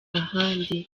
ahandi